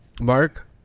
Mark